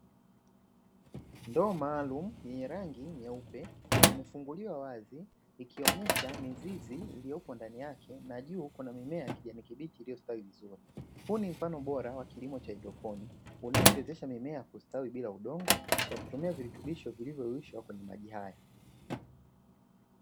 Ndoo maalumu yenye rangi nyeupe imefunguliwa wazi ikionyesha mizizi iliyopo ndani yake, na juu kuna mimea ya kijani kibichi iliyostawi vizuri, huu ni mfano bora wa kilimo cha haidroponi unachowezesha mimea ya kustawi bila udongo kwa kutumia virutubisho vilivyoyeyushwa kwenye maji haya.